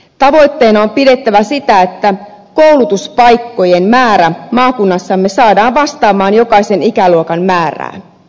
tavoitteena on pidettävä sitä että koulutuspaikkojen määrä maakunnassamme saadaan vastaamaan jokaisen ikäluokan määrää